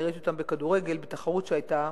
אני ראיתי אותן בכדורגל בתחרות שהיתה,